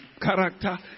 character